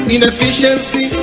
inefficiency